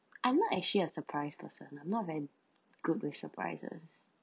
I'm not actually a surprised person I'm not very good with surprises